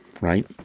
right